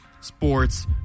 Sports